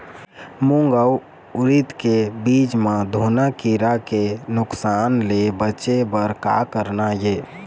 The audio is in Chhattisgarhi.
मूंग अउ उरीद के बीज म घुना किरा के नुकसान ले बचे बर का करना ये?